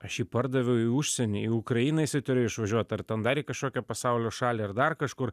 aš jį pardaviau į užsienį į ukrainą jisai turėjo išvažiuot ar ten dar į kažkokią pasaulio šalį ar dar kažkur